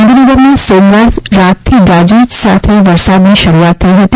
ગાંધીનગરમાં સોમવાર રાતથી ગાજવીજ સાથે વરસાદની શરૂઆત થઇ ગઇ હતી